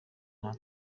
nta